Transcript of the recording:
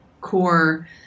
core